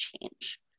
change